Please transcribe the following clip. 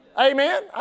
Amen